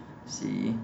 see